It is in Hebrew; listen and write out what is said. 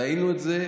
ראינו את זה.